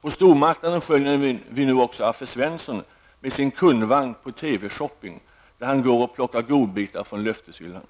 På stormarknaden skönjer vi nu också Affe Svensson med sin kundvagn på teveshopping, där han går och plockar godbitar från löfteshyllan.